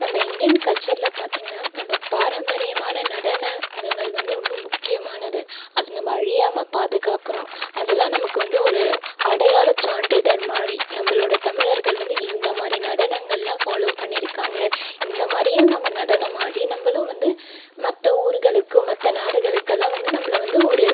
நம்ம இந்தியன் கல்ச்சரில் பார்த்தீங்கனா நம்ம பாரம்பரியமான நடனங்கங்கள் வந்து ரொம்ப முக்கியமானது அது நம்ம அழியாமல் பாதுகாக்கணும் அதெல்லாம் நமக்கு வந்து ஒரு அடையாள சான்றிதழ் மாதிரி நம்மளோட தமிழர்கள் வந்து இந்த மாதிரி நடனங்களெல்லாம் ஃபாலோ பண்ணியிருக்காங்க இந்த மாதிரியும் நம்ம நடனம் ஆடி நம்மளும் வந்து மற்ற ஊருகளுக்கு மற்ற நாடுகளுக்கெல்லாம் வந்து நம்மளை வந்து ஒரு